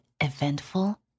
eventful